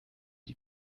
die